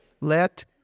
Let